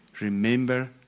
Remember